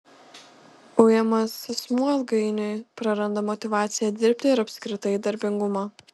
ujamas asmuo ilgainiui praranda motyvaciją dirbti ir apskritai darbingumą